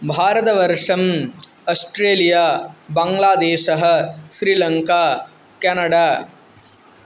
भारतवर्षम् Australia बङ्ग्लादेशः Sri Lanka Canada